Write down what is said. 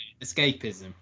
escapism